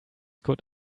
good